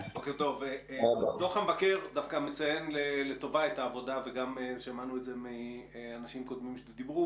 דוח המבקר ושמענו את זה גם מאנשים שדיברו